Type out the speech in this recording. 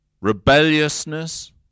Rebelliousness